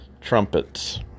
trumpets